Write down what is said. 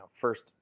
first